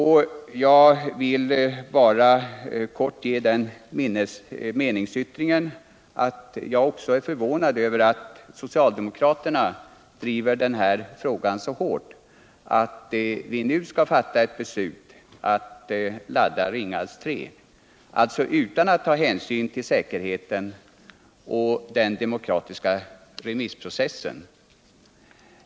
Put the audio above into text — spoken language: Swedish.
Jag vill framföra den meningsyttringen att även jag är lörvånad över att socialdemokraterna så hårt driver frågan att vi redan nu skall fatta ett beslut om att ladda Ringhals 3 — utan att ta hänsyn till säkerheten och den demokratiska remissprocessen.